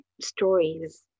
stories